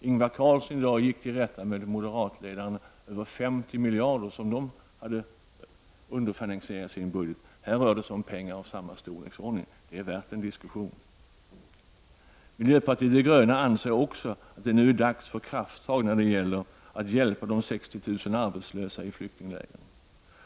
Ingvar Carlsson gick i dag till rätta med "moderatledaren över 50 miljarder kronor som moderaterna hade underfinansierat sin budget med. Här rör det sig om pengar av samma storleksordning. Det är värt en diskussion. Miljöpartiet de gröna anser också att det nu är dags för krafttag när det gäller att hjälpa de 60 000 arbetslösa i flyktinglägren.